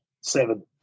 Seven